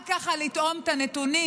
רק לטעום את הנתונים,